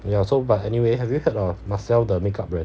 ya so but anyway have you heard of marcelle the makeup right